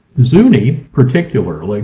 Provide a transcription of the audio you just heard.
zuni particularly